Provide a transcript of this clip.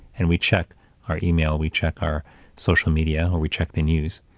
and we check our email, we check our social media, or we check the news.